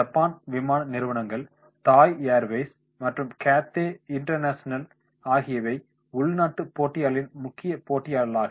Japan விமான நிறுவனங்கள் Thai Airways மற்றும் கேத்தே ஆகியவை உள்நாட்டு போட்டியாளர்களின் முக்கிய போட்டியாளர்களாக